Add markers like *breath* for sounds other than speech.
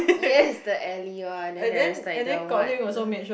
yes the alley one then there is like the what *breath*